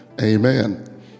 Amen